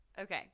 Okay